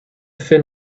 fin